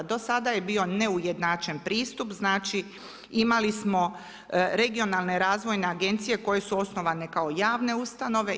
Do sada je bio neujednačen pristup, znači imali smo regionalne razvojne agencije, koje su osnovane kao javne ustanove.